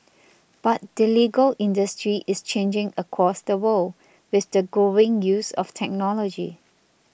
but the legal industry is changing across the world with the growing use of technology